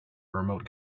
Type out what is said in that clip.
remote